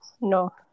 no